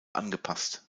angepasst